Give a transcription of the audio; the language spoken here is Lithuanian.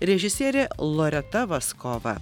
režisierė loreta vaskova